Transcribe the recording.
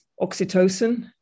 oxytocin